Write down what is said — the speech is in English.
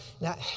Now